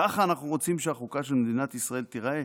"ככה אנחנו רוצים שהחוקה של מדינת ישראל תיראה?